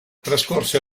trascorse